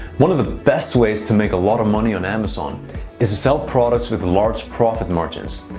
one of the best ways to make a lot of money on amazon is to sell products with large profit margins.